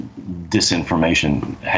disinformation